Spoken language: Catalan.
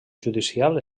judicial